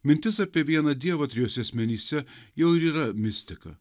mintis apie vieną dievą trijuose asmenyse jau ir yra mistika